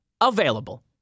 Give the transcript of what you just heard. available